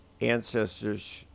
ancestors